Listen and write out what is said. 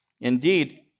Indeed